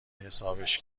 حسابش